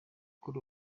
kuri